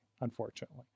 unfortunately